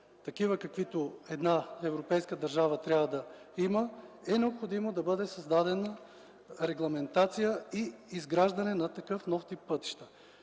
такива каквито една европейска държава трябва да има, е необходимо да бъде създадена регламентация и изграждане на такъв нов тип пътища.